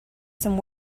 some